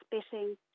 spitting